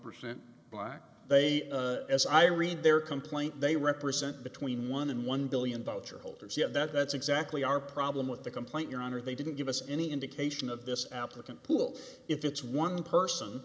percent black they as i read their complaint they represent between one and one billion boettcher holders you have that's exactly our problem with the complaint your honor they didn't give us any indication of this applicant pool if it's one person